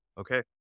okay